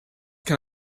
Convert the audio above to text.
can